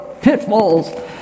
pitfalls